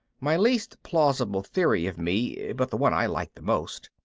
my least plausible theory of me, but the one i like the most,